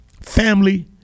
family